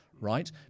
Right